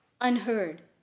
unheard